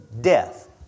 death